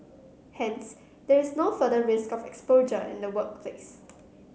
hence there is no further risk of exposure in the workplace